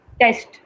test